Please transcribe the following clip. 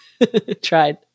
tried